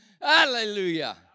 Hallelujah